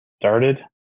started